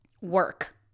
work